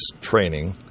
training